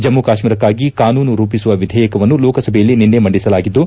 ಜಮ್ಮು ಕಾಶ್ನೀರಕ್ಕಾಗಿ ಕಾನೂನು ರೂಪಿಸುವ ವಿಧೇಯಕವನ್ನು ಲೋಕಸಭೆಯಲ್ಲಿ ನಿನ್ನೆ ಮಂಡಿಸಲಾಗಿದ್ದು